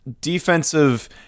defensive